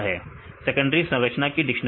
विद्यार्थी सेकेंडरी संरचना की डिक्शनरी